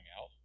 out